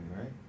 right